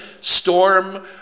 storm